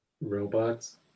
Robots